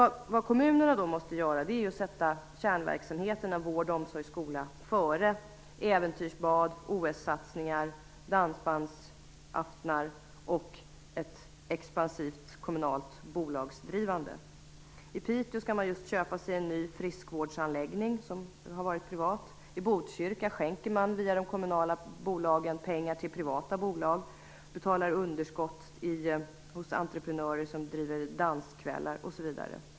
Det kommunerna måste göra är att sätta kärnverksamheterna, vård, omsorg och skola, före äventyrsbad, OS-satsningar, dansbandsaftnar och ett expansivt kommunalt bolagsdrivande. I Piteå skall man just köpa sig en ny friskvårdsanläggning som har varit privat. I Botkyrka skänker man via de kommunala bolagen pengar till privata bolag, betalar underskott hos entreprenörer som driver danskvällar osv.